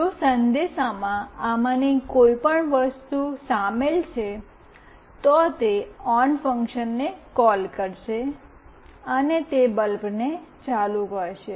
જો સંદેશમાં આમાંની કોઈપણ વસ્તુ શામેલ છે તો તે ઓન ફંક્શનને કોલ કરશે અને તે બલ્બને ચાલુ કરશે